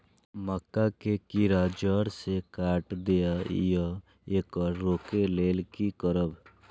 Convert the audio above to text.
मक्का के कीरा जड़ से काट देय ईय येकर रोके लेल की करब?